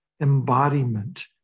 embodiment